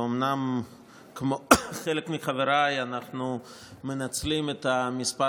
אומנם כמו חלק מחבריי אנחנו מנצלים את מספר